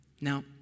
Now